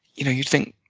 you know you think,